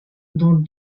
dont